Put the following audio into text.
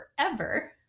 forever